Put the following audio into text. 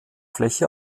fläche